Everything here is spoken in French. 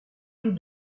tous